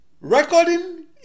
Recording